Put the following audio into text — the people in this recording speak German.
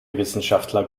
wissenschaftler